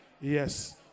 Yes